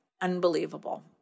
Unbelievable